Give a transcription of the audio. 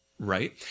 Right